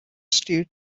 state